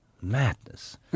Madness